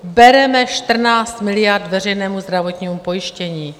Bereme 14 miliard veřejnému zdravotnímu pojištění.